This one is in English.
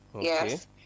yes